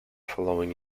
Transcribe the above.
following